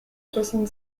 soixante